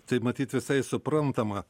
tai matyt visai suprantama